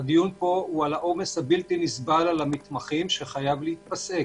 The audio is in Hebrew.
גם על העומס הבלתי-נסבל על המתמחים שחייב להיפסק.